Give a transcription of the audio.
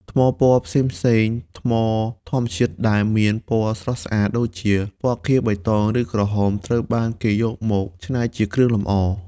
ថ្មពណ៌ផ្សេងៗ: ថ្មធម្មជាតិដែលមានពណ៌ស្រស់ស្អាត ដូចជាពណ៌ខៀវ បៃតង ឬក្រហម ត្រូវបានគេយកមកច្នៃជាគ្រឿងលម្អ។